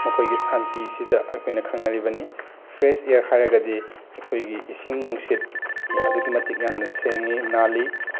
ꯃꯈꯣꯏꯒꯤ ꯁꯥꯟꯇꯤꯁꯤꯗ ꯑꯩꯈꯣꯏꯅ ꯈꯪꯅꯔꯤꯕꯅꯤ ꯐ꯭ꯔꯦꯁ ꯏꯌꯥꯔ ꯍꯥꯏꯔꯒꯗꯤ ꯑꯩꯈꯣꯏꯒꯤ ꯏꯁꯤꯡ ꯅꯨꯡꯁꯤꯠ ꯑꯗꯨꯛꯀꯤ ꯃꯇꯤꯛ ꯌꯥꯝꯅ ꯁꯦꯡꯉꯤ ꯅꯥꯜꯂꯤ